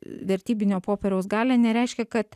vertybinio popieriaus galią nereiškia kad